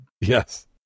Yes